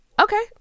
Okay